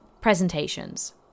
presentations